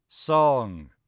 Song